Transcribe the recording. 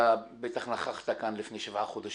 אתה בטח נכחת כאן לפני שבעה חודשים.